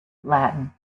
latin